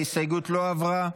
ההסתייגות לא עברה.